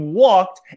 walked